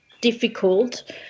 difficult